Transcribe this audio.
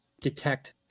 detect